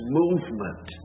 movement